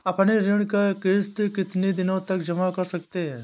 अपनी ऋण का किश्त कितनी दिनों तक जमा कर सकते हैं?